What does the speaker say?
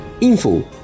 info